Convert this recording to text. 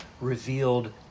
revealed